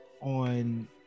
on